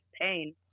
pain